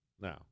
Now